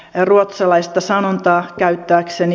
ruotsalaista sanontaa käyttääkseni